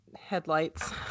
headlights